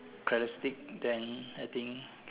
characteristic then I think